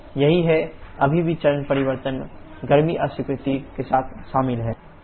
यही है अभी भी चरण परिवर्तन गर्मी अस्वीकृति के साथ शामिल है